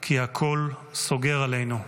כי הכול סוגר עלינו.